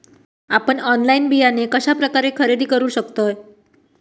आपन ऑनलाइन बियाणे कश्या प्रकारे खरेदी करू शकतय?